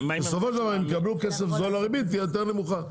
בסופו של דבר הם יקבלו כסף זול והריבית תהיה יותר נמוכה.